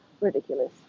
ridiculous